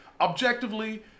Objectively